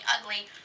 ugly